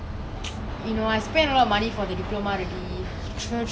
oh ya the orientation camps I heard about it a lot from my friends lah